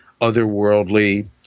otherworldly